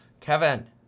Kevin